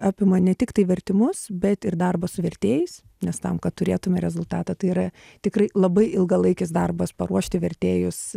apima ne tiktai vertimus bet ir darbą su vertėjais nes tam kad turėtume rezultatą tai yra tikrai labai ilgalaikis darbas paruošti vertėjus